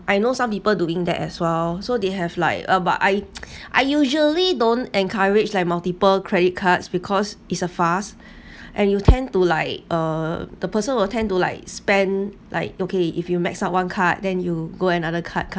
I know some people doing that as well so they have like uh but I I usually don't encourage like multiple credit cards because it's a fuss and you tend to like uh the person will tend to like spend like okay if you max out one card then you go another card